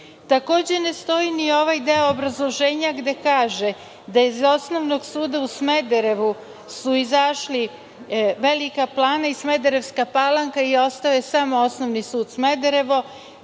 sudu. Takođe ne stoji ni ovaj deo obrazloženja gde kaže da su iz Osnovnog suda u Smederevu izašli Velika Plana i Smederevska Palanka i ostao je samo Osnovni sud Smederevo,